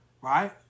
right